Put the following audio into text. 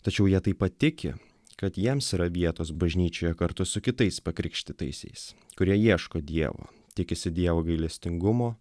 tačiau jie taip pat tiki kad jiems yra vietos bažnyčioje kartu su kitais pakrikštytaisiais kurie ieško dievo tikisi dievo gailestingumo